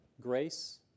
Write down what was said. grace